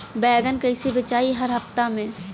बैगन कईसे बेचाई हर हफ्ता में?